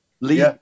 Lee